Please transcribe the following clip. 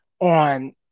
on